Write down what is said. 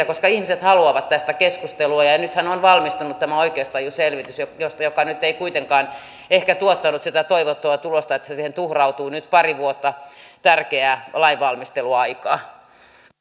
koska ihmiset haluavat tästä keskustelua nythän on valmistunut tämä oikeustajuselvitys joka nyt ei kuitenkaan ehkä tuottanut sitä toivottua tulosta niin että siihen tuhrautuu nyt pari vuotta tärkeää lainvalmisteluaikaa